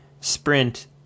sprint